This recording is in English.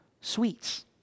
sweets